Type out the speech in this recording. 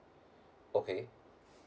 okay